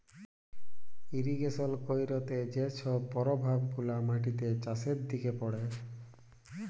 irrigation ক্যইরতে যে ছব পরভাব গুলা মাটিতে, চাষের দিকে পড়ে